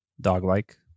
dog-like